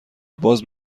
باز